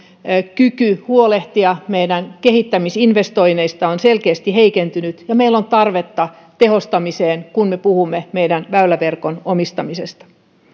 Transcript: kykymme huolehtia meidän kehittämisinvestoinneistamme on selkeästi heikentynyt ja meillä on tarvetta tehostamiseen kun me puhumme meidän väyläverkkomme omistamisesta